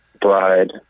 Bride